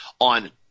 on